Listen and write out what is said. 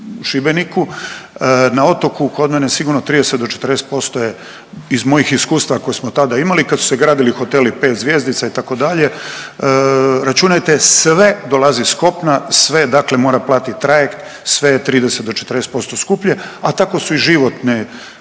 na otoku kod mene sigurno 30 do 40% je iz mojih iskustava koje smo tada imali kad su se gradili hoteli 5 zvjezdica itd., računajte sve dolazi s kopna, sve dakle mora platit trajekt, sve je 30 do 40% skuplje, a tako su i životne